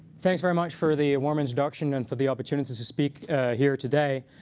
thanks very much for the warm introduction and for the opportunity to to speak here today.